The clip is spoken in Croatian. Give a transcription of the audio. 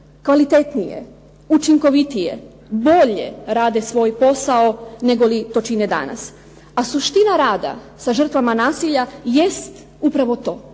kvalitetnije, učinkovitije, bolje rade svoj posao negoli to čine danas. A suština rada sa žrtvama nasilja jest upravo to